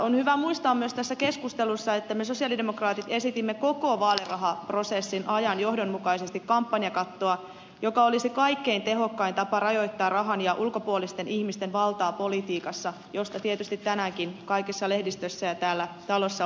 on hyvä muistaa myös tässä keskustelussa että me sosialidemokraatit esitimme koko vaalirahaprosessin ajan johdonmukaisesti kampanjakattoa joka olisi kaikkein tehokkain tapa rajoittaa rahan ja ulkopuolisten ihmisten valtaa politiikassa josta tietysti tänäänkin lehdistössä ja täällä talossa on keskusteltu